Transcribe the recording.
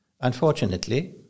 Unfortunately